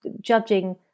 judging